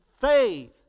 faith